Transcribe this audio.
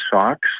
socks